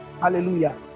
Hallelujah